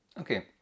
Okay